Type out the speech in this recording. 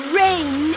rain